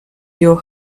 your